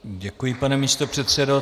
Děkuji, pane místopředsedo.